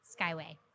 Skyway